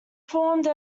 formed